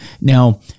Now